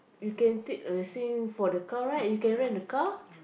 you can take the same for the car right you can rent a car